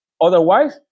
Otherwise